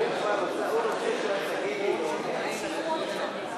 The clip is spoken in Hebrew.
שביקש זה דב חנין, אבל אני אאפשר גם לך דקה.